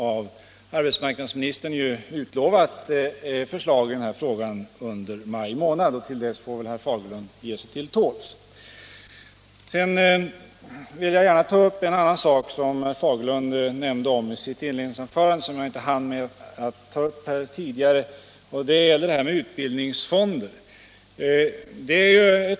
Arbetsmarknadsministern har ju utlovat förslag i denna fråga under maj månad, och till dess får väl herr Fagerlund ge sig till tåls. Sedan vill jag gärna ta upp en annan sak som herr Fagerlund nämnde i sitt inledningsanförande och som jag inte hann med att beröra tidigare, nämligen utbildningsfonder.